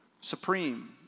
Supreme